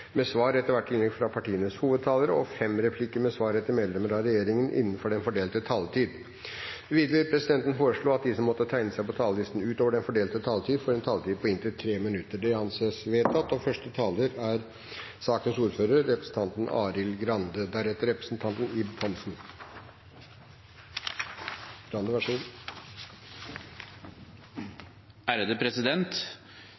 med svar etter innlegg fra partienes hovedtalere og fem replikker med svar etter medlemmer av regjeringen innenfor den fordelte taletid. Videre vil presidenten foreslå at de som måtte tegne seg på talerlisten utover den fordelte taletid, får en taletid på inntil 3 minutter. – Det anses vedtatt. Første taler er representanten Arild Grande som får ordet på vegne av ordfører for saken, representanten